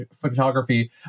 photography